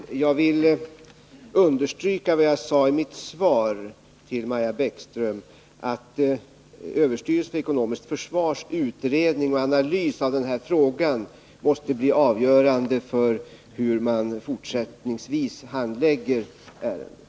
Herr talman! Jag vill understryka vad jag sade i mitt svar till Maja Bäckström, att den utredning och analys av den här frågan som gjorts av överstyrelsen för ekonomiskt försvar måste bli avgörande för hur man fortsättningsvis handlägger ärendet.